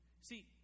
See